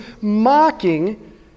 mocking